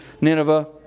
Nineveh